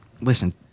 listen